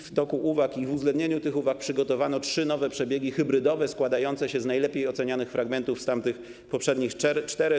W toku uwag i przy uwzględnieniu tych uwag przygotowano trzy nowe przebiegi hybrydowe, składające się z najlepiej ocenionych fragmentów z tamtych poprzednich czterech.